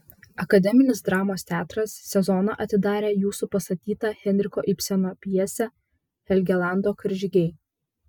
akademinis dramos teatras sezoną atidarė jūsų pastatyta henriko ibseno pjese helgelando karžygiai